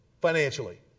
financially